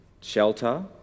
shelter